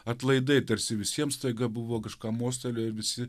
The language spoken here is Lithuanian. atlaidai tarsi visiems staiga buvo kažką mostelėjo ir visi